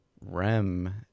REM